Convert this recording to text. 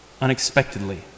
unexpectedly